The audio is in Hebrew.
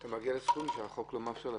אתה מגיע לסכום שהחוק לא מאפשר לך.